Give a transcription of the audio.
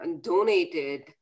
donated